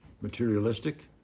materialistic